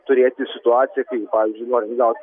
turėti situaciją kai pavyzdžiui norint gaut